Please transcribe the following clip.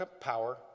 power